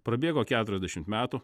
prabėgo keturiasdešimt metų